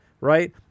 right